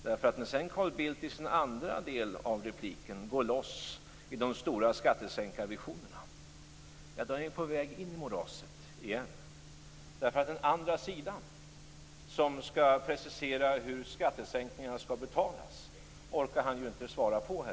När sedan Carl Bildt i sin andra del av repliken går loss i de stora skattesänkarvisionerna är vi på väg in i moraset igen. Han orkar inte precisera hur skattesänkningarna skall betalas här i talarstolen. Det är den andra sidan.